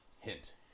Hint